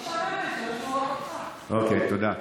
אפשר, אוקיי, תודה.